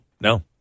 no